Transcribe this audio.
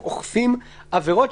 באוכלוסייה,